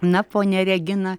na ponia regina